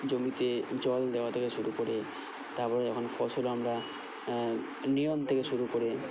জমিতে জল দেওয়া থেকে শুরু করে তারপরে যখন ফসল আমরা থেকে শুরু করে